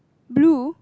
blue